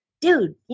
dude